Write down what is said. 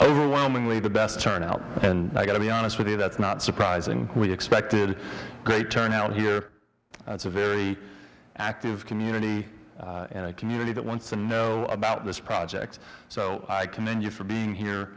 overwhelmingly the best turnout and i got to be honest with you that's not surprising we expected great turnout here it's a very active community and i community that wants to know about this project so i commend you for being here